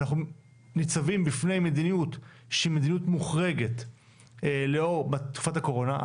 אנחנו ניצבים בפני מדיניות שהיא מדיניות מוחרגת לאור תקופת הקורונה,